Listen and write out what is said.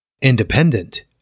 independent